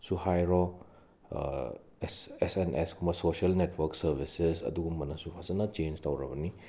ꯁꯨ ꯍꯥꯏꯔꯣ S N S ꯀꯨꯝꯕ ꯁꯣꯁꯦꯜ ꯅꯦꯠꯋꯥꯔ꯭ꯛ ꯁꯔꯚꯤꯁꯦꯁ ꯑꯗꯨꯒꯨꯃꯕꯅꯁꯨ ꯐꯖꯅ ꯆꯦꯟ꯭ꯖ ꯇꯧꯔꯕꯅꯤ